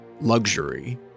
luxury